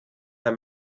herr